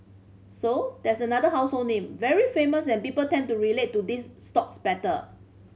so that's another household name very famous and people tend to relate to these stocks better